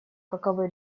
каковы